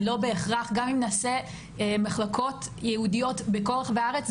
גם אם נעשה מחלקות ייעודיות בכל רחבי הארץ,